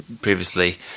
previously